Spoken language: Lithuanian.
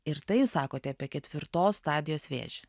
ir tai jūs sakote apie ketvirtos stadijos vėžį